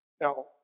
Now